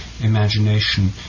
imagination